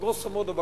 גרוסו מודו,